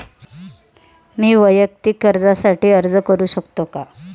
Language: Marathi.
मी वैयक्तिक कर्जासाठी अर्ज करू शकतो का?